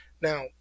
Now